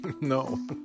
No